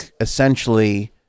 essentially